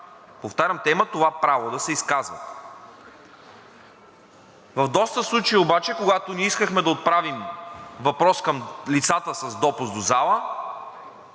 Повтарям, те имат това право да се изказват. В доста случаи обаче, когато ние искахме да отправим въпрос към лицата с допуск до залата,